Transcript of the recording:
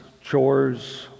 chores